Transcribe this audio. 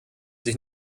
sich